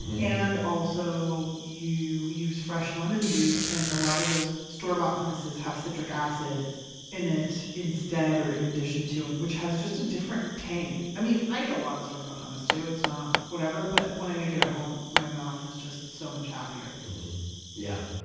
and also, you use fresh lemon juice, and a lot of those store-bought hummuses have citric acid in it instead or in addition to, which has just a different tang. i eat a lot of store-bought hummus too, it's not whatever. but when i make it at home, my mouth is just so much happier yeah.